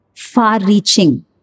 far-reaching